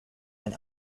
and